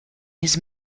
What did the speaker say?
his